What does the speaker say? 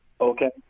okay